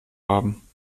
haben